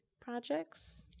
projects